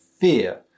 fear